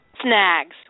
snags